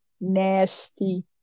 nasty